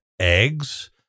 eggs